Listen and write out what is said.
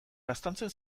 laztantzen